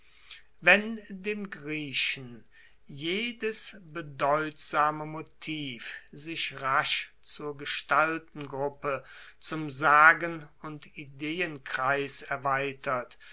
wenn dem griechen jedes bedeutsame motiv sich rasch zur gestaltengruppe zum sagen und ideenkreis erweitert